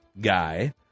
guy